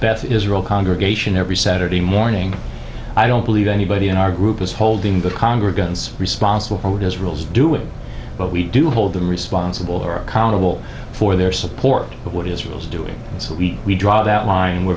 beth israel congregation every saturday morning i don't believe anybody in our group is holding the congregants responsible for what israel's doing what we do hold them responsible or accountable for their support of what israel is doing so we we draw that line and we're